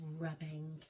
rubbing